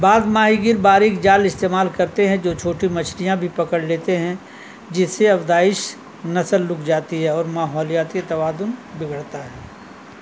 بعض ماہی گیر باریک جال استعمال کرتے ہیں جو چھوٹی مچھلیاں بھی پکڑ لیتے ہیں جس سے افزائش نسل رک جاتی ہے اور ماحولیاتی کی توازن بگڑتا ہے